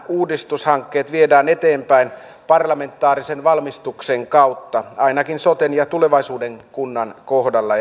uudistushankkeet viedään eteenpäin parlamentaarisen valmistelun kautta ainakin soten ja tulevaisuuden kunnan kohdalla